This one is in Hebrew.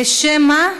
בשם מה,